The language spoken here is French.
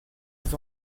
nous